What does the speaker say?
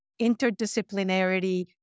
interdisciplinarity